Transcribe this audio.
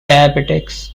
diabetics